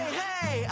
hey